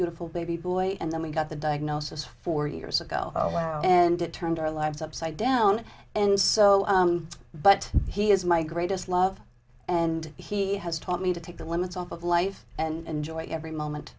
beautiful baby boy and then we got the diagnosis four years ago and it turned our lives upside down in so but he is my greatest love and he has taught me to take the limits off of life and joy every moment